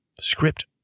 script